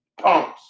Punks